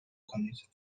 کنید